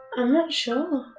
i'm not sure.